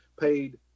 paid